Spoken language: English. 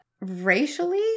racially